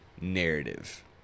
narrative